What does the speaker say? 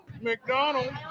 McDonald